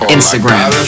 Instagram